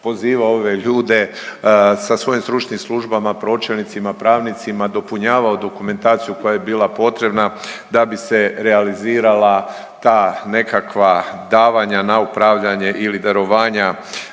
pozivao ove ljude sa svojim stručnim službama, pročelnicima, pravnicima dopunjavao dokumentaciju koja je bila potrebna da bi se realizirala ta nekakva davanja na upravljanje ili darovanja